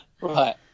Right